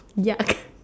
ya